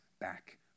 back